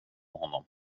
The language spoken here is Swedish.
honom